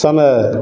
समय